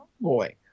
Boy